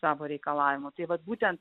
savo reikalavimu tai vat būtent